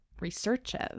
researches